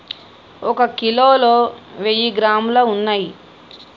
ఒక కిలోలో వెయ్యి గ్రాములు ఉన్నయ్